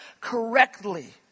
correctly